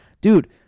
dude